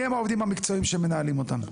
אז מי הם העובדים המקצועיים שמנהלים אותם?